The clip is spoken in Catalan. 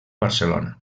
barcelona